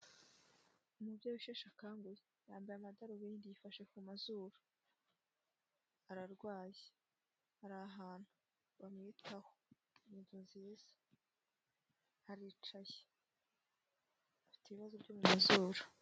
Umubyeyi usheshe akanguhe yambaye amadarubindi yifashe kumazuru ararwaye ari ahantu bamwitaho inzu nziza iricaye afite ibibazo byo mu izuru.